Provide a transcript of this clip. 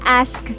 ask